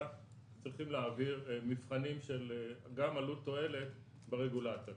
צריכים להעביר מבחנים גם של עלות תועלת ברגולציה.